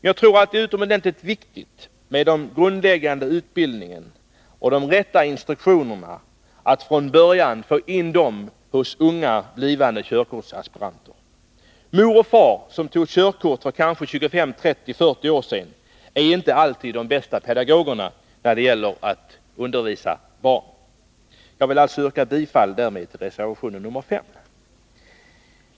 Jag tror att det är utomordentligt viktigt med den grundläggande utbildningen och att man från början får in de rätta instruktionerna hos unga körkortsaspiranter. Mor och far, som tog körkort för kanske 25, 30 eller 40 år sedan, är inte alltid de bästa pedagogerna när det gäller att undervisa barn. Jag vill därmed yrka bifall till reservation nr 5.